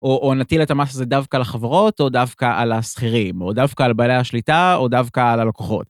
או נטיל את המס הזה דווקא לחברות, או דווקא על השכירים, או דווקא על בעלי השליטה, או דווקא על הלקוחות.